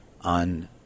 on